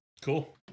cool